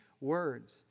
words